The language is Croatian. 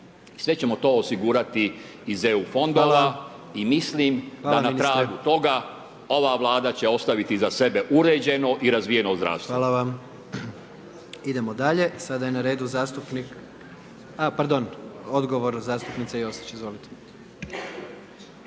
Sve ćemo to osigurati iz EU fondova i mislim da na tragu toga ova Vlada će ostaviti iza sebe uređeno i razvijeno zdravstvo. **Jandroković, Gordan (HDZ)** Hvala vam. Idemo dalje, sada je na redu zastupnik, pardon, odgovor zastupnice Josić, izvolite. **Josić,